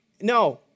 No